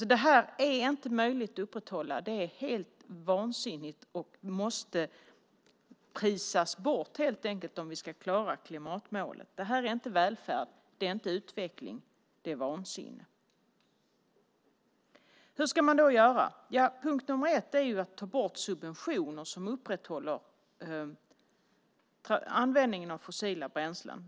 Det här är inte möjligt att upprätthålla. Det är helt vansinnigt och måste prisas bort helt enkelt, om vi ska klara klimatmålen. Det här är inte välfärd. Det är inte utveckling. Det är vansinne. Hur ska man då göra? Ja, punkt nummer ett är att ta bort subventioner som upprätthåller användningen av fossila bränslen.